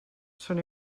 són